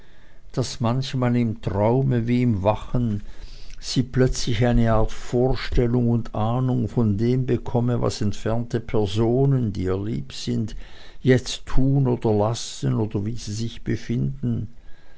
daß manchmal im traume wie im wachen sie plötzlich eine art vorstellung und ahnung von dem bekomme was entfernte personen die ihr lieb sind jetzt tun oder lassen oder wie sie sich befinden